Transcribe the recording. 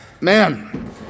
Man